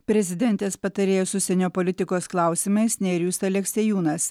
prezidentės patarėjas užsienio politikos klausimais nerijus aleksiejūnas